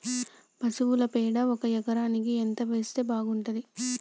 పశువుల పేడ ఒక ఎకరానికి ఎంత వేస్తే బాగుంటది?